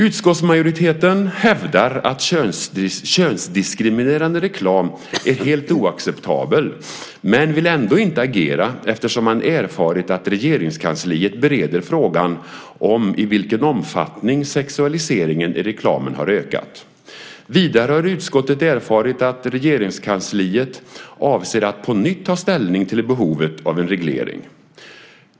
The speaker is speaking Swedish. Utskottsmajoriteten hävdar att könsdiskriminerande reklam är helt oacceptabel men vill ändå inte agera eftersom man erfarit att Regeringskansliet bereder frågan i vilken omfattning sexualiseringen i reklamen har ökat. Vidare har utskottet erfarit att Regeringskansliet avser att på nytt ta ställning till behovet av en reglering.